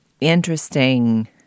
interesting